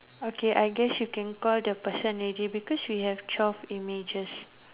okay I guess you can call the person already because we have twelve images